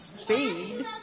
speed